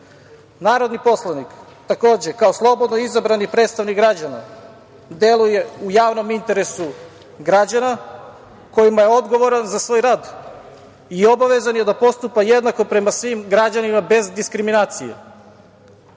poslanik takođe, kao slobodno izabrani predstavnik građana, deluje u javnom interesu građana, kojima je odgovoran za svoj rad i obavezan je da postupa jednako prema svim građanima, bez diskriminacije. Samo